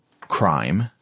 crime